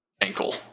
ankle